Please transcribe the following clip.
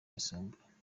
yisumbuye